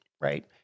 right